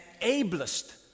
ablest